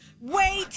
wait